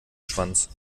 schwanz